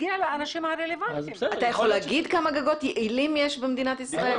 אתה יכול להגיד כמה גגות יעילים יש בישראל?